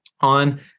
on